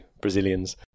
Brazilians